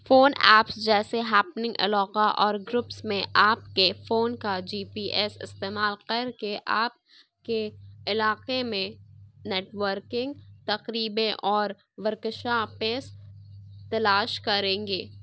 phone apps جیسے happening الوقا اور گروپس میں آپ کے فون کا جی پی ایس استعمال کر کے آپ کے علاقے میں نیٹورکنگ تقریبیں اور ورکشاپس تلاش کریں گے